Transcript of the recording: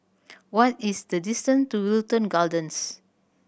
what is the distance to Wilton Gardens